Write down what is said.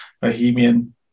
bohemian